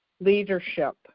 leadership